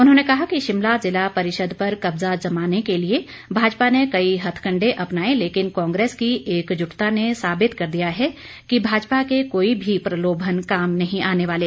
उन्होंने कहा कि शिमला जिला परिषद पर कब्जा जमाने के लिए भाजपा ने कई हथकंडे अपनाए लेकिन कांग्रेस की एकजुटता ने साबित कर दिया है कि भाजपा के कोई भी प्रलोभन काम नहीं आने वाले